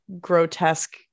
grotesque